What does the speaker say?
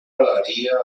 daria